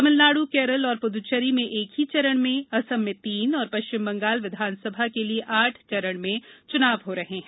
तमिलनाड़ केरल और पुदुचेरी में एक ही चरण में असम में तीन और पश्चिम बंगाल विधानसभा के लिए आठ चरण में च्नाव हो रहे हैं